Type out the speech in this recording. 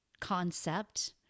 concept